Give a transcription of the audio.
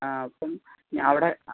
ആ അപ്പം അവിടെ